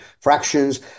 fractions